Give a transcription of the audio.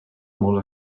molt